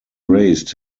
raised